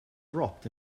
dropped